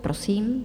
Prosím.